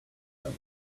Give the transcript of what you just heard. them